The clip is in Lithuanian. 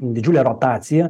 didžiulė rotacija